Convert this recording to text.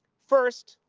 first,